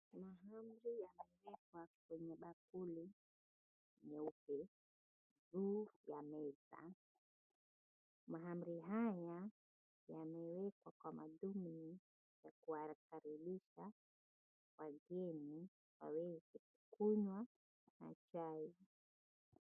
Mahamri yamewekwa kwenye bakuli nyeupe juu ya meza. Mahamri haya yamewekwa kwa madhumni ya kudhalilisha wageni waweze kunywa na chai.